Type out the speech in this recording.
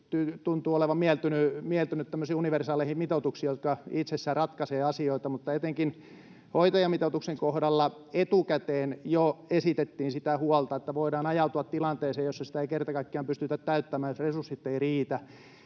tuntuvat olevan mieltyneitä tämmöisiin universaaleihin mitoituksiin, jotka itsessään ratkaisevat asioita, mutta etenkin hoitajamitoituksen kohdalla jo etukäteen esitettiin sitä huolta, että voidaan ajautua tilanteeseen, jossa sitä ei kerta kaikkiaan pystytä täyttämään, resurssit eivät riitä,